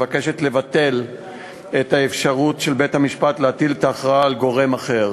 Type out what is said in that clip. מבקשת לבטל את האפשרות של בית-המשפט להטיל את ההכרעה על גורם אחר